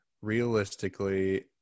realistically